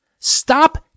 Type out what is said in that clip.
Stop